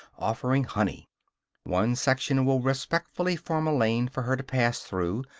offering honey one section will respectfully form a lane for her to pass through,